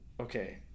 okay